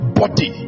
body